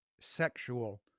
sexual